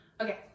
Okay